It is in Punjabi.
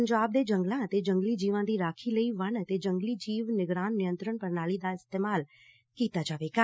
ਪੰਜਾਬ ਦੇ ਜੰਗਲਾਂ ਅਤੇ ਜੰਗਲੀ ਜੀਵਾਂ ਦੀ ਰਾਖੀ ਲਈ ਵਨ ਅਤੇ ਜੰਗਲੀ ਜੀਵ ਨਿਗਰਾਨ ਨਿਯੰਤਰਨ ਪ੍ਰਣਾਲੀ ਦਾ ਇਸਤੇਮਾਲ ਕੀਤਾ ਜਾਵੇਗਾ